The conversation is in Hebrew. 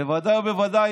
בוודאי ובוודאי,